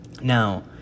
Now